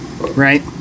Right